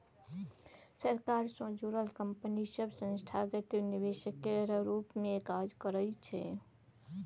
सरकार सँ जुड़ल कंपनी सब संस्थागत निवेशक केर रूप मे काज करइ छै